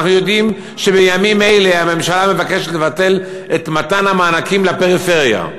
אנחנו יודעים שבימים אלה הממשלה מבקשת לבטל את המענקים לפריפריה,